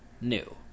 New